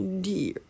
dear